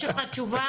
יש לך תשובה?